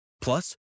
Plus